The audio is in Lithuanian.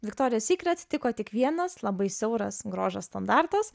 viktorija sykret tiko tik vienas labai siauras grožio standartas